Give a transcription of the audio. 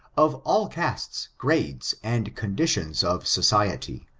of all castea, grades, and conditions of society,